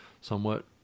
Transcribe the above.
somewhat